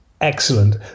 excellent